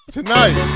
Tonight